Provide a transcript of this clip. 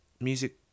Music